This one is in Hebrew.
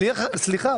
סליחה,